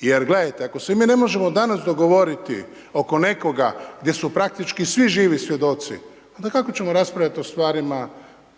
Jer gledajte, ako se mi ne možemo danas dogovoriti oko nekoga gdje su praktički svi živi svjedoci, onda kako ćemo raspravljati o stvarima